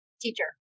teacher